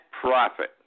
profit